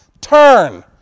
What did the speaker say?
turn